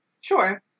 Sure